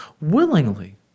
Willingly